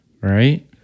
right